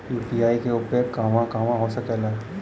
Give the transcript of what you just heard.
UPI के उपयोग कहवा कहवा हो सकेला?